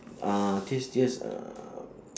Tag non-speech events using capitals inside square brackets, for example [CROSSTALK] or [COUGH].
ah tastiest uh [NOISE]